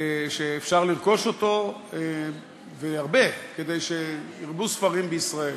שאפשר לרכוש אותו, והרבה, כדי שירבו ספרים בישראל.